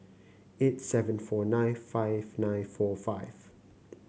eight seven four nine five nine four five